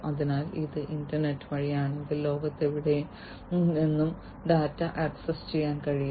അതിനാൽ ഇത് ഇന്റർനെറ്റ് വഴിയാണെങ്കിൽ ലോകത്തെവിടെ നിന്നും ഡാറ്റ ആക്സസ് ചെയ്യാൻ കഴിയും